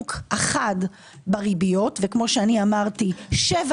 הזינוק החד בריביות וכפי שאמרתי שבע